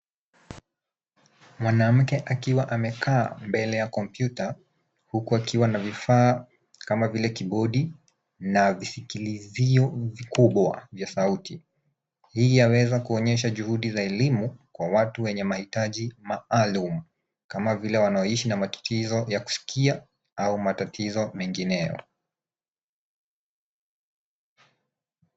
Mwanamke akiwa amekaa mbele ya kompyuta huku akiwa na vifaa kama bike kibodi na visikilizio vikubwa vya sauti. Hii yaweza kuonyesha juhudi za elimu kwa watu wenye mahitaji maalum kama vile wanaoishi na matatizo ya kusikia au matatizo mengineyo.